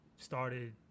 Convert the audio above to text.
started